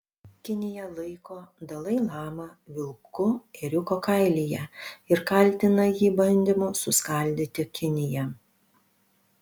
kinija laiko dalai lamą vilku ėriuko kailyje ir kaltina jį bandymu suskaldyti kiniją